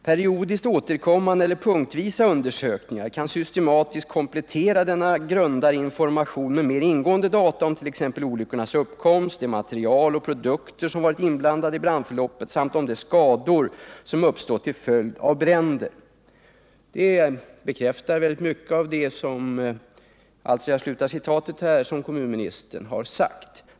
Periodiskt återkommande eller punktvisa undersökningar kan systematiskt komplettera denna grundare information med mer ingående data om t ex olyckornas uppkomst, de material och produkter som varit inblandade i brandförloppet samt om de skador som uppstått till följd av bränder.” Detta bekräftar mycket av det som kommunministern har sagt.